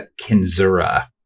Kinzura